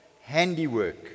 handiwork